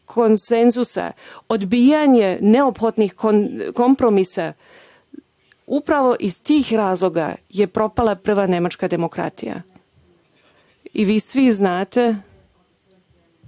konsenzusa, odbijanje neophodnih kompromisa, upravo iz tih razloga je propala prva nemačka demokratija. Vi svi znate